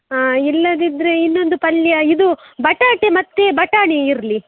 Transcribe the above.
ಹಾಂ ಇಲ್ಲದಿದ್ದರೆ ಇನ್ನೊಂದು ಪಲ್ಯ ಇದು ಬಟಾಟೆ ಮತ್ತು ಬಟಾಣಿ ಇರಲಿ